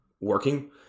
working